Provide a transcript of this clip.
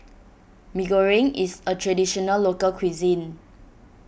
Mee Goreng is a Traditional Local Cuisine